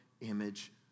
image